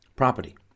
property